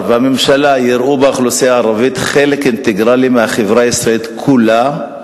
והממשלה יראו באוכלוסייה הערבית חלק אינטגרלי של החברה הישראלית כולה,